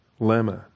lemma